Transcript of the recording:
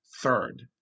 third